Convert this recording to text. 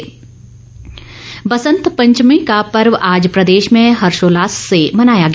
बसंत पंचमी बसंत पंचमी का पर्व आज प्रदेश में हर्षोल्लास से मनाया गया